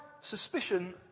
suspicion